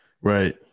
Right